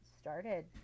started